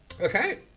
Okay